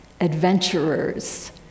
adventurers